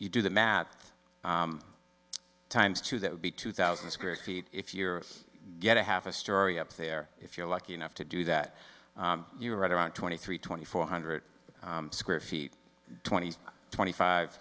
you do the math times two that would be two thousand square feet if you get a half a story up there if you're lucky enough to do that you're right around twenty three twenty four hundred square feet twenty twenty five